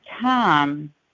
time